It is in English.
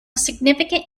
significant